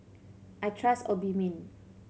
I trust Obimin